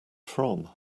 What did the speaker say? from